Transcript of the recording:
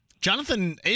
Jonathan